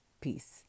Peace